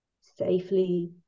safely